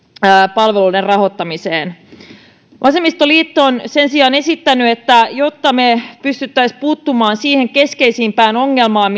palveluiden rahoittamiseen vasemmistoliitto on sen sijaan esittänyt että jotta me pystyisimme puuttumaan siihen keskeisimpään ongelmaan